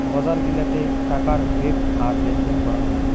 বজার গিলাতে টাকার বেপ্র আর লেনদেন করাং হই